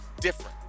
different